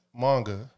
manga